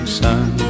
sun